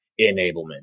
enablement